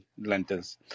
lentils